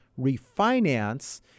refinance